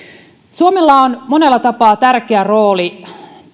suomella on monella tapaa tärkeä rooli